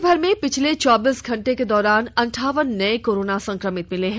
राज्यभर में पिछले चौबीस घंटे के दौरान अंठावन नये कोरोना संक्रमित मिले हैं